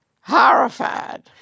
Horrified